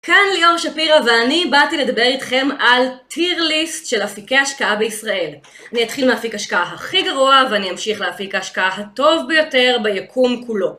כאן ליאור שפירא ואני באתי לדבר איתכם על טיר-ליסט של אפיקי השקעה בישראל. אני אתחיל מאפיק ההשקעה הכי גרוע ואני אמשיך לאפיק ההשקעה הטוב ביותר ביקום כולו.